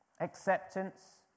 acceptance